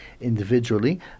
individually